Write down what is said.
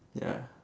ya